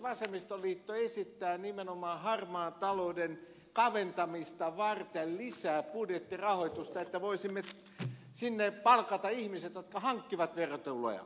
vasemmistoliitto esittää nimenomaan harmaan talouden kaventamista varten lisää budjettirahoitusta että voisimme sinne palkata ihmiset jotka hankkivat verotuloja